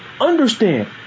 understand